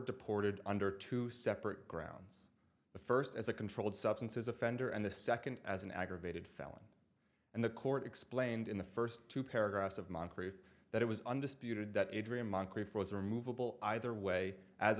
deported under two separate grounds the first as a controlled substances offender and the second as an aggravated felony and the court explained in the first two paragraphs of moncrief that it was undisputed that adrian moncrief was removable either way as